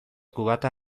kubata